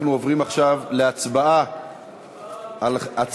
אנחנו עוברים עכשיו להצבעה בקריאה שנייה